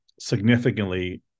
significantly